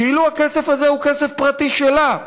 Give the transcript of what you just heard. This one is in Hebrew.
כאילו הכסף הזה הוא כסף פרטי שלה,